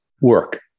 work